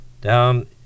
down